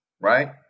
right